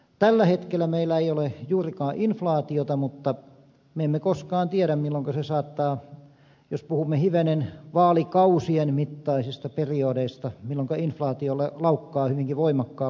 tällä hetkellä meillä ei ole juurikaan inflaatiota mutta me emme koskaan tiedä milloinka jos puhumme hivenen vaalikausien mittaisista periodeista inflaatio laukkaa hyvinkin voimakkaalla vauhdilla